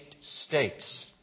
states